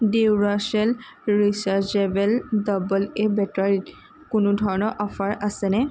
Duracell rechargeable double A বেটাৰীত কোনো ধৰণৰ অফাৰ আছেনে